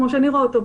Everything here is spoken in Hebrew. כמו שאני רואה אותו,